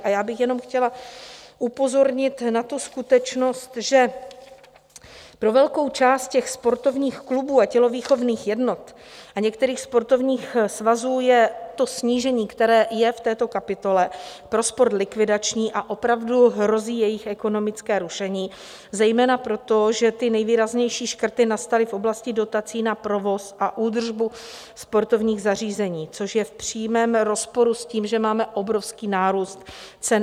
A já bych chtěla jenom upozornit na skutečnost, že pro velkou část sportovních klubů a tělovýchovných jednot a některých sportovních svazů je to snížení, které je v této kapitole, pro sport likvidační a opravdu hrozí jejich ekonomické rušení zejména proto, že nejvýraznější škrty nastaly v oblasti dotací na provoz a údržbu sportovních zařízení, což je v přímém rozporu s tím, že máme obrovský nárůst cen energií.